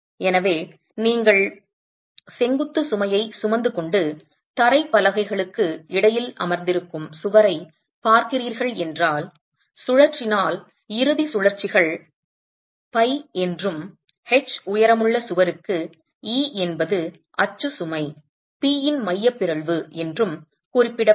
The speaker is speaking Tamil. எனவே நீங்கள் செங்குத்துச் சுமையைச் சுமந்துகொண்டு தரைப் பலகைகளுக்கு இடையில் அமர்ந்திருக்கும் சுவரைப் பார்க்கிறீர்கள் என்றால் சுழற்றினால் இறுதிச் சுழற்சிகள் ஃபை என்றும் H உயரமுள்ள சுவருக்கு e என்பது அச்சு சுமை P இன் மைய பிறழ்வு என்றும் குறிப்பிடப்படும்